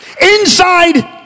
Inside